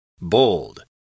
Bold